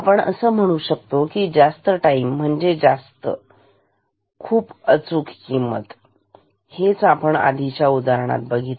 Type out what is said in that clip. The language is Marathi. आपण म्हणू शकतो केली जास्त टाईम म्हणजे जास्त आज खूप अचूक किंमत हेच आपण आधीच्या उदाहरणांमध्ये बघितले